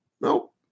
Nope